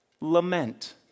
Lament